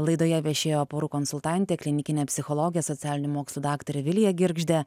laidoje viešėjo porų konsultantė klinikinė psichologė socialinių mokslų daktarė vilija girgždė